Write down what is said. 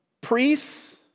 priests